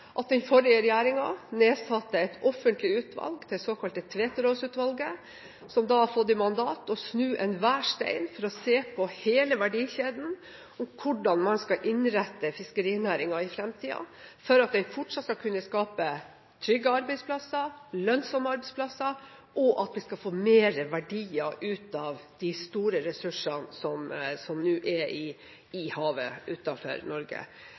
at den forrige regjeringen nedsatte et offentlig utvalg, det såkalte Tveterås-utvalget, som har fått i mandat å snu enhver stein for å se på hele verdikjeden og hvordan man skal innrette fiskerinæringen i fremtiden for at den fortsatt skal kunne skape trygge og lønnsomme arbeidsplasser, og slik at vi skal få mer verdier ut av de store ressursene som nå er i havet utenfor Norge.